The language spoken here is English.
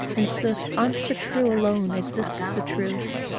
in sooth, unto the true alone exists the truth.